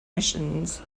missions